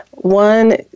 One